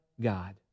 God